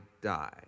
die